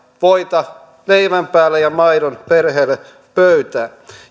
voita leivän päälle ja perheelle maidon pöytään